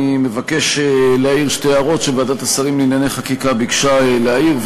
אני מבקש להעיר שתי הערות שוועדת השרים לענייני חקיקה ביקשה להעיר,